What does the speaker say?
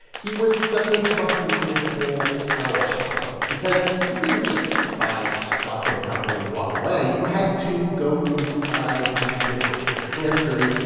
he was suddenly thrust into this whole power struggle because you couldn't just buy stock in a company and walk away. you had to go inside each business, get your hands dirty,